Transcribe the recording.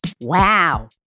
Wow